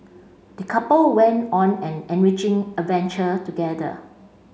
the couple went on an enriching adventure together